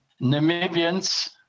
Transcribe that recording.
Namibians